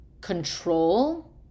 control